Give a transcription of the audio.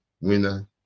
winner